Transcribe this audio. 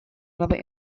another